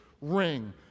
ring